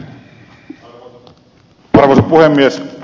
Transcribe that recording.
arvoisa puhemies